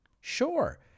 sure